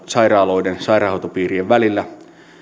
sairaaloiden sairaanhoitopiirien välillä